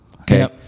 Okay